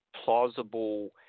plausible